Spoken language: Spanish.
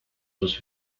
dos